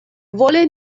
vole